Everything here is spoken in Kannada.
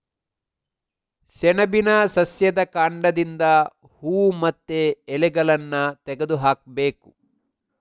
ಸೆಣಬಿನ ಸಸ್ಯದ ಕಾಂಡದಿಂದ ಹೂವು ಮತ್ತೆ ಎಲೆಗಳನ್ನ ತೆಗೆದು ಹಾಕ್ಬೇಕು